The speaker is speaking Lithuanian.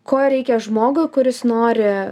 ko reikia žmogui kuris nori